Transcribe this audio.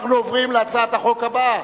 אנחנו עוברים להצעת החוק הבאה,